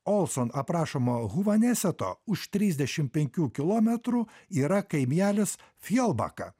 olson aprašomo huveneseto už trisdešimt penkių kilometrų yra kaimelis fjolbaka